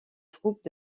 troubles